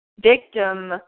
victim